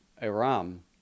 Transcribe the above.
Aram